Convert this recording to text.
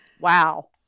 Wow